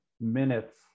minutes